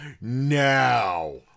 now